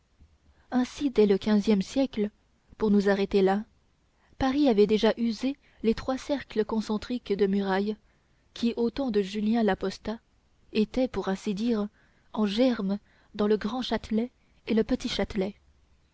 ainsi dès le quinzième siècle pour nous arrêter là paris avait déjà usé les trois cercles concentriques de murailles qui du temps de julien l'apostat étaient pour ainsi dire en germe dans le grand châtelet et le